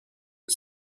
اون